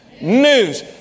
news